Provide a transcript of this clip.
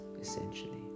essentially